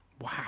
Wow